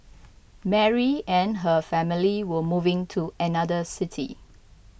Mary and her family were moving to another city